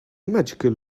magical